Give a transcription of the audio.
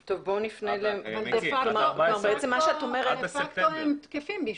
אבל דה פקטו הם תקפים.